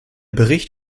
bericht